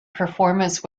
performance